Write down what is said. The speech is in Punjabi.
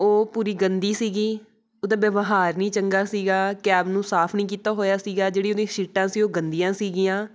ਉਹ ਪੂਰੀ ਗੰਦੀ ਸੀਗੀ ਉਹਦਾ ਵਿਵਹਾਰ ਨਹੀਂ ਚੰਗਾ ਸੀਗਾ ਕੈਬ ਨੂੰ ਸਾਫ਼ ਨਹੀਂ ਕੀਤਾ ਹੋਇਆ ਸੀਗਾ ਜਿਹੜੀ ਉਹਦੀ ਸ਼ੀਟਾਂ ਸੀ ਉਹ ਗੰਦੀਆਂ ਸੀਗੀਆਂ